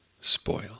spoil